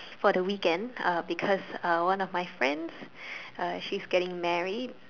for the weekend uh because uh one of my friends uh she's getting married